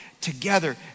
together